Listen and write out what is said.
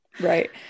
right